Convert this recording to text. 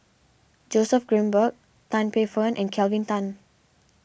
Joseph Grimberg Tan Paey Fern and Kelvin Tan